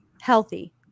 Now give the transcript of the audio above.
healthy